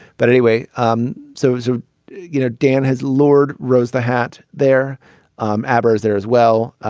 but anyway um so so you know dan has lured rose the hat there um abba's there as well.